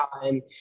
time